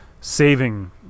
saving